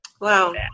Wow